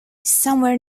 somewhere